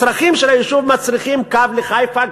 הצרכים של היישוב מצריכים קו לחיפה,